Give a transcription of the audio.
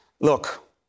Look